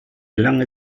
lange